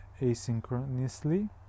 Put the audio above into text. asynchronously